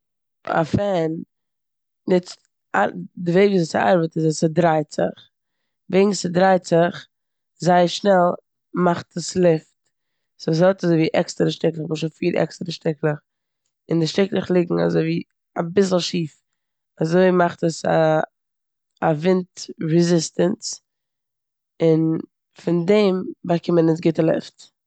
א פען נוצט- א- די וועג וויאזוי ס'ארבעט איז ס'דרייט זיך. וועגן ס'דרייט זיך זייער שנעל מאכט עס לופט סאו ס'האט אזויווי עקסטערע שטיקלעך נמשל פיר עקסטערע שטיקלעך, און די שטיקלעך ליגן אזויווי אביסל שיף. אזוי מאכט עס א ווינט ריזיסטענץ און פון דעם באקומען אונז גוטע לופט.